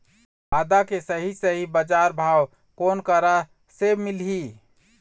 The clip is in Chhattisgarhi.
आदा के सही सही बजार भाव कोन करा से मिलही?